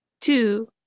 two